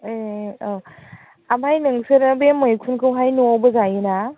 ए औ ओमफ्राय नोंसोरो बे मैखुनखौहाय न'आवबो जायो ना